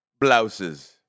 blouses